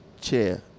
chair